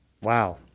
Wow